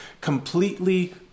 completely